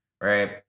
right